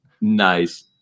Nice